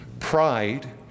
Pride